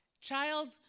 child